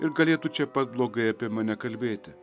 ir galėtų čia pat blogai apie mane kalbėti